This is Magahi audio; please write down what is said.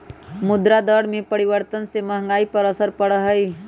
मुद्रा दर में परिवर्तन से महंगाई पर असर पड़ा हई